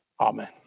Amen